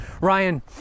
Ryan